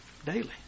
Daily